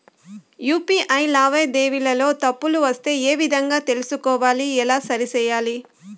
UPI లావాదేవీలలో తప్పులు వస్తే ఏ విధంగా తెలుసుకోవాలి? ఎలా సరిసేయాలి?